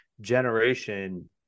generation